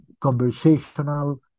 conversational